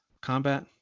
combat